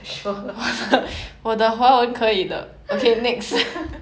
sure